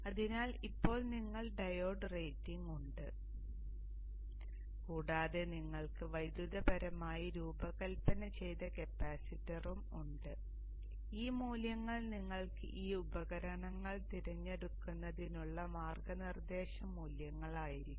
അതിനാൽ ഇപ്പോൾ നിങ്ങൾക്ക് ഡയോഡ് റേറ്റിംഗ് ഉണ്ട് കൂടാതെ നിങ്ങൾക്ക് വൈദ്യുതപരമായി രൂപകൽപ്പന ചെയ്ത കപ്പാസിറ്ററും ഉണ്ട് ഈ മൂല്യങ്ങൾ നിങ്ങൾക്ക് ഈ ഉപകരണങ്ങൾ തിരഞ്ഞെടുക്കുന്നതിനുള്ള മാർഗനിർദേശ മൂല്യങ്ങളായിരിക്കും